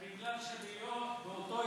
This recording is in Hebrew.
אתם יודעים למה הגיבוש בוטל?